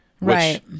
Right